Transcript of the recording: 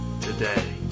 today